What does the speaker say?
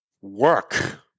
work